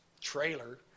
trailer